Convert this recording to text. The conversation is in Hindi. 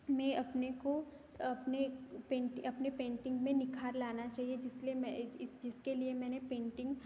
में अपने को अपने पेंट अपने पेंटिंग में निखार लाना चाहिए जिस लिए मैं जिसके लिए मैंने पेंटिंग